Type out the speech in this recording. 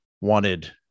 wanted